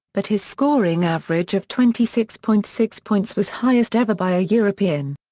but his scoring average of twenty six point six points was highest ever by a european.